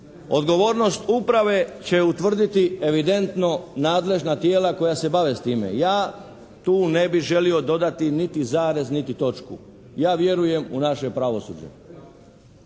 odgovornost uprave će utvrditi evidentno nadležna tijela koja se bave time. Ja tu ne bih želio dodati niti zarez niti točku, ja vjerujem u naše pravosuđe.